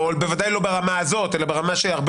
או בוודאי לא ברמה הזאת אלא ברמה שהיא הרבה